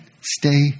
stay